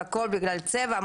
והכול בשל צבע,